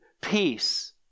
peace